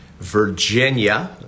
Virginia